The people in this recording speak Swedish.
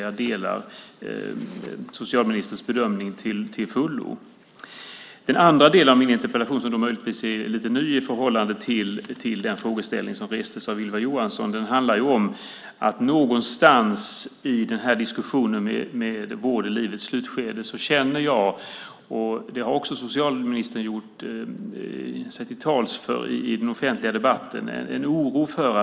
Jag delar socialministerns bedömning till fullo. Den andra delen av min interpellation är möjligtvis lite ny i förhållande till den frågeställning som togs upp av Ylva Johansson. Den handlade om att jag känner oro för att det någonstans i diskussionen om vård i livets slutskede glider över i en fråga om eutanasi. - Det har också socialministern sagt i den offentliga debatten.